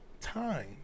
time